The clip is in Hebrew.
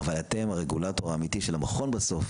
אבל אתם הרגולטור האמיתי של המכון בסוף.